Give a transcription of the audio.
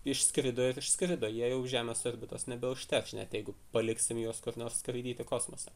išskrido ir išskrido jie jau žemės orbitos nebeužterš net jeigu paliksim juos kur nors skraidyti kosmose